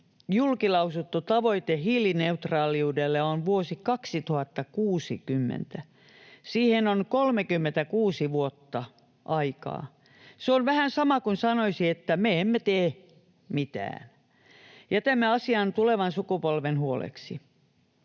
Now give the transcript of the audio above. julki lausuttu tavoite hiilineutraaliudelle on vuosi 2060. Siihen on 36 vuotta aikaa. Se on vähän sama kuin sanoisi, että me emme tee mitään, jätämme asian tulevan sukupolven huoleksi.